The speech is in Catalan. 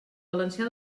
valencià